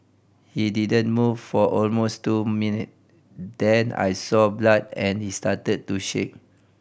he didn't move for almost two minutes then I saw blood and he started to shake